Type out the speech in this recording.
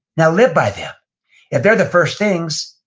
now, live by them. if they're the first things,